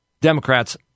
Democrats